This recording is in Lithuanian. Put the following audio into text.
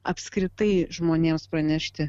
apskritai žmonėms pranešti